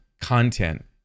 content